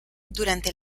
durante